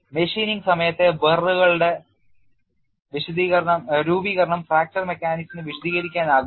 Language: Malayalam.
മെഷീനിങ് സമയത്തെ burr കളുടെ രൂപീകരണം ഫ്രാക്ചർ മെക്കാനിക്സിന് വിശദീകരിക്കാനാകുമോ